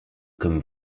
comme